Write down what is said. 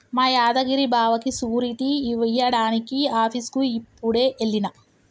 మా యాదగిరి బావకి సూరిటీ ఇయ్యడానికి ఆఫీసుకి యిప్పుడే ఎల్లిన